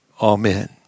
Amen